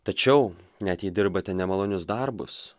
tačiau net jei dirbate nemalonius darbus